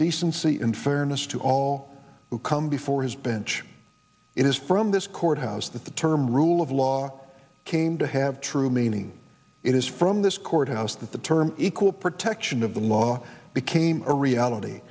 decency and fairness to all who come before his bench it is from this courthouse that the term rule of law came to have true meaning it is from this courthouse that the term equal protection of the law became a reality